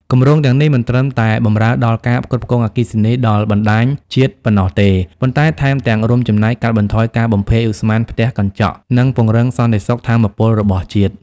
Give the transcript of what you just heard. គម្រោងទាំងនេះមិនត្រឹមតែបម្រើដល់ការផ្គត់ផ្គង់អគ្គិសនីដល់បណ្តាញជាតិប៉ុណ្ណោះទេ ប៉ុន្តែថែមទាំងរួមចំណែកកាត់បន្ថយការបំភាយឧស្ម័នផ្ទះកញ្ចក់ និងពង្រឹងសន្តិសុខថាមពលរបស់ប្រទេស។